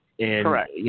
Correct